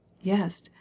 Yes